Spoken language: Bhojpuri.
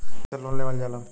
कैसे लोन लेवल जाला?